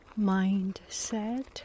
mindset